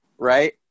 right